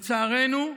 לצערנו,